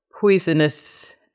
poisonous